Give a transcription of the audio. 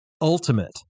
ultimate